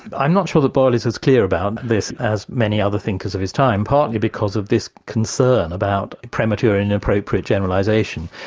i'm not sure that boyle is as clear about this as many other thinkers of his time, partly because of this concern about premature inappropriate generalisation.